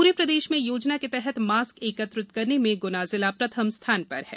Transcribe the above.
पूरे प्रदेश में योजना के तहत मास्क एकत्रित करने में ग्ना जिला प्रथम स्थान पर है